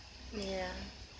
ya